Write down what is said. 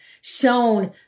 shown